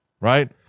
right